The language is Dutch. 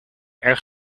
erg